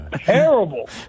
terrible